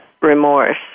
remorse